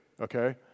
okay